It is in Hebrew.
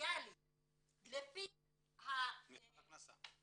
הדיפרנציאלי לפי --- מבחן הכנסה.